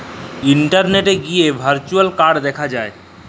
ইলটারলেটে যাঁয়ে virtual card দ্যাখা যায়